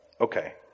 Okay